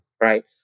right